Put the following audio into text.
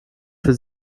für